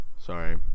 Sorry